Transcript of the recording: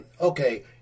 okay